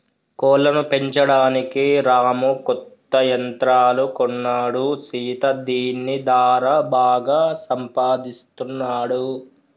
కోళ్లను పెంచడానికి రాము కొత్త యంత్రాలు కొన్నాడు సీత దీని దారా బాగా సంపాదిస్తున్నాడు